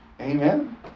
Amen